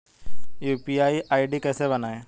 UPI ID कैसे बनाएं?